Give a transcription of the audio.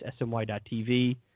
SMY.TV